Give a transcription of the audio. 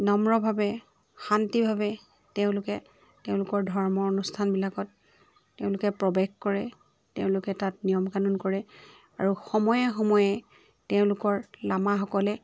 নম্ৰভাৱে শান্তিভাৱে তেওঁলোকে তেওঁলোকৰ ধৰ্ম অনুষ্ঠানবিলাকত তেওঁলোকে প্ৰৱেশ কৰে তেওঁলোকে তাত নিয়ম কানুন কৰে আৰু সময়ে সময়ে তেওঁলোকৰ লামাসকলে